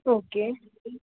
okay